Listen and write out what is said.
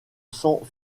sang